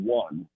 one